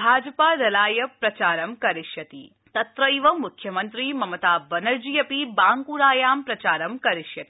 भाजपादलाय प्रचार करिष्यति तत्रैव मुख्यमन्त्री ममता बनर्जी अपि बांकुराया प्रचार करिष्यति